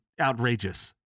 outrageous